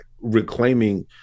reclaiming